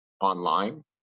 online